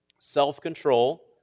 Self-control